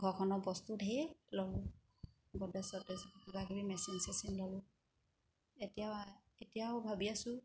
ঘৰখনৰ বস্তু ঢেৰ ল'লোঁ গোটে চোটে ল'লোঁ কিবাকিবি মেচিন চেচিন ল'লোঁ এতিয়া এতিয়াও ভাবি আছোঁ